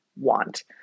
want